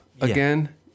again